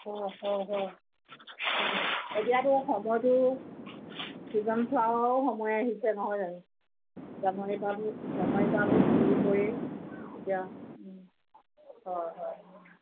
অঁ হয় হয় এতিয়াতো সময়টো ছিজন ফ্লাৱাৰো সময় আহিছে নহয় জানো জানুৱাৰী পাটো জানুৱাৰী পৰাটো ফুলিবই এতিয়া হয় হয়